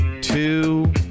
two